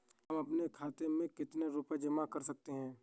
हम अपने खाते में कितनी रूपए जमा कर सकते हैं?